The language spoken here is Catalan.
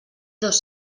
dos